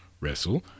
wrestle